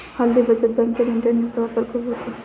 हल्ली बचत बँकेत इंटरनेटचा वापर खूप होतो